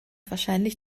wahrscheinlich